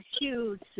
huge